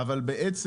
אבל בעצם,